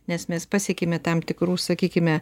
nes mes pasiekėme tam tikrų sakykime